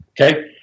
okay